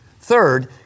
Third